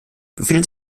befindet